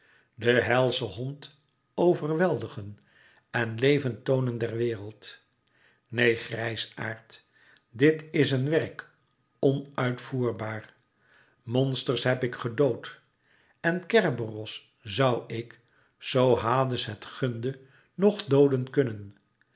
den helschen hond overweldigen en levend toonen der wereld neen grijsaard dit is een werk onuitvoerbaar monsters heb ik gedood en kerberos zoû ik zoo hades het gunde nog dooden kunnen